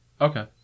Okay